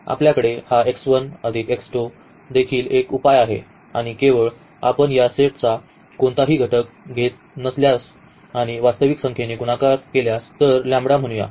तर आपल्याकडे हा देखील एक उपाय आहे आणि केवळ आपण या सेटचा कोणताही घटक घेत नसल्यास आणि वास्तविक संख्येने गुणाकार केल्यास तर म्हणूया